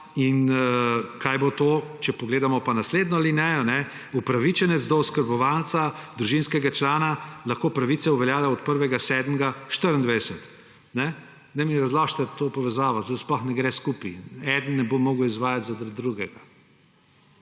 kaj bo to. Če pogledamo pa naslednjo alinejo, upravičenec do oskrbovalca družinskega člana lahko pravice uveljavlja od 1. 7. 2024. Zdaj mi razložite to povezavo. To sploh ne gre skupaj. Eden ne bo mogel izvajati zaradi drugega.